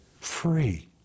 free